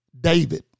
David